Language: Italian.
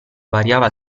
variava